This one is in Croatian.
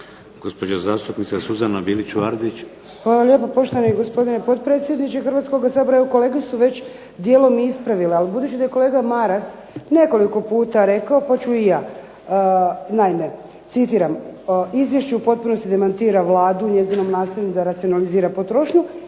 **Bilić Vardić, Suzana (HDZ)** Hvala lijepo poštovani gospodine potpredsjedniče Hrvatskoga sabora. Evo kolege su već dijelom i ispravile, ali budući da je kolega Maras nekoliko puta rekao pa ću i ja. Naime, citiram "Izvješće u potpunosti demantira Vladu u njezinom nastojanju da racionalizira potrošnju"